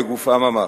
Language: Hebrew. בגופם ממש.